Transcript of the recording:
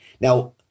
Now